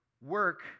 work